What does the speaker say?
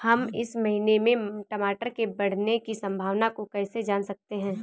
हम इस महीने में टमाटर के बढ़ने की संभावना को कैसे जान सकते हैं?